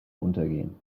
untergehen